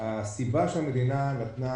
הסיבה שהמדינה נתנה,